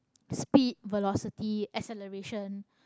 speed velocity acceleration